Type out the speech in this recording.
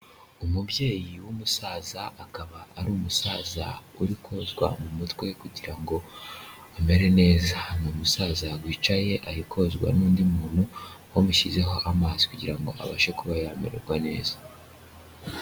Umubyeyi w'umusaza akaba ari umusaza uri kozwa mu mutwe kugira ngo amere neza hanyuma umusaza wicaye ahi kozwa n'undi muntu wamushyizeho amaso kugira ngo abashe kuba yamererwa neza.